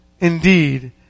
indeed